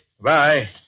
Bye